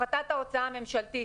הפחתת ההוצאה הממשלתית.